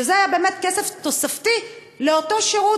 זה היה כסף תוספתי לאותו שירות,